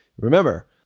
Remember